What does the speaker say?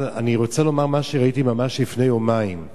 אני רוצה לומר מה שראיתי ממש לפני יומיים,